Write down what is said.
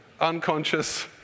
unconscious